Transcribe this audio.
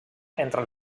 entre